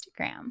Instagram